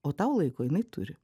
o tau laiko jinai turi